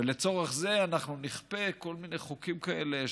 ולצורך זה אנחנו נכפה כל מיני חוקים כאלה,